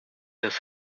has